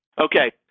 okay